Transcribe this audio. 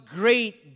great